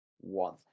one